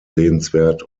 sehenswert